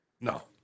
No